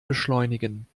beschleunigen